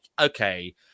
okay